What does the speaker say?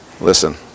Listen